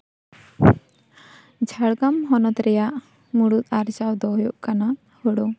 ᱡᱷᱟᱲᱜᱨᱟᱢ ᱦᱚᱱᱚᱛ ᱨᱮᱭᱟᱜ ᱢᱩᱲᱩᱛ ᱟᱨᱡᱟᱣ ᱫᱚ ᱦᱩᱭᱩᱜ ᱠᱟᱱᱟ ᱦᱳᱲᱳ